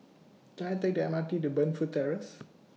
Can I Take The M R T to Burnfoot Terrace